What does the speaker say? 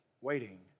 waiting